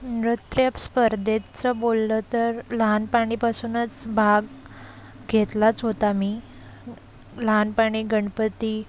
नृत्य स्पर्धेचं बोललं तर लहानपणीपासूनच भाग घेतलाच होता मी लहानपणी गणपती